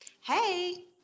Hey